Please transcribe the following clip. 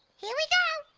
here we go.